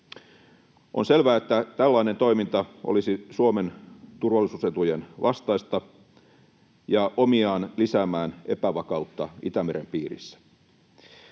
On selvää, että tällainen toiminta olisi Suomen turvallisuusetujen vastaista ja omiaan lisäämään epävakautta Itämeren piirissä.